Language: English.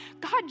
God